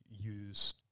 use